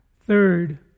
Third